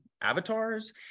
avatars